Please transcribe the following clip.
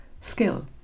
skill